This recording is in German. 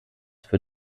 für